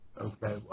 Okay